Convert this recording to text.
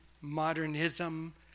modernism